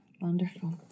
wonderful